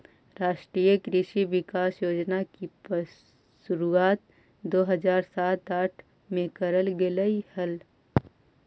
राष्ट्रीय कृषि विकास योजना की शुरुआत दो हज़ार सात आठ में करल गेलइ हल